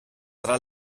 tra